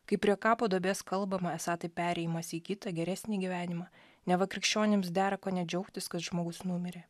kai prie kapo duobės kalbama esą tai perėjimas į kitą geresnį gyvenimą neva krikščionims dera kone džiaugtis kad žmogus numirė